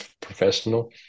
professional